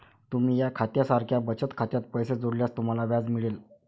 तुम्ही या खात्या सारख्या बचत खात्यात पैसे जोडल्यास तुम्हाला व्याज मिळेल